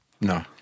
No